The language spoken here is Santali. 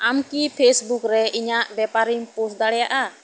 ᱟᱢ ᱠᱤ ᱯᱷᱮᱥᱵᱩᱠ ᱨᱮ ᱤᱧᱟᱹᱜ ᱵᱮᱯᱟᱨᱤᱧ ᱯᱳᱥᱴ ᱫᱟᱲᱮᱭᱟᱜᱼᱟ